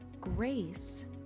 Grace